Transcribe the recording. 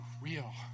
real